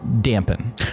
dampen